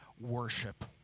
worship